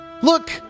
Look